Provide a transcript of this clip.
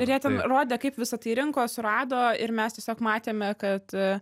ir jie ten rodė kaip visa tai rinko surado ir mes tiesiog matėme kad